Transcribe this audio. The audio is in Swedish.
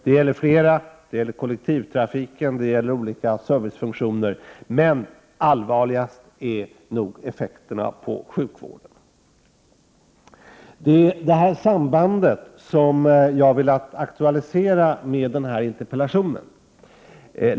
Det gäller kollektivtrafiken och olika servicefunktioner, men allvarligast är nog effekterna på sjukvården. Det är detta samband som jag har velat aktualisera i min interpellation.